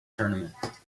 tournament